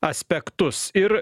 aspektus ir